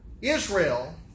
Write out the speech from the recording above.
Israel